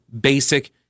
basic